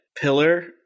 Pillar